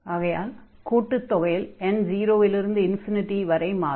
ஆகையால் இந்த கூட்டுத் தொகையில் n 0 இல் இருந்து வரை மாறும்